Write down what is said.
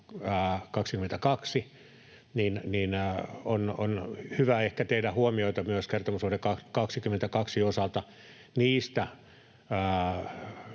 on hyvä ehkä tehdä huomioita kertomusvuoden 22 osalta myös